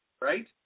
right